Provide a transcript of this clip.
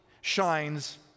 shines